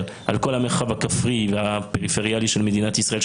על כל המרחב הכפרי והפריפריאלי של מדינת ישראל,